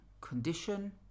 condition